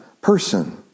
person